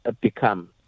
become